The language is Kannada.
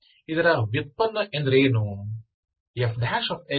ಇದರ ವ್ಯುತ್ಪನ್ನ ಎಂದರೇನು